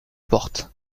portent